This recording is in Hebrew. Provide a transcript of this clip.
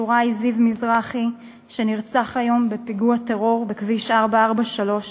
טוראי זיו מזרחי שנרצח היום בפיגוע טרור בכביש 443